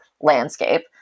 landscape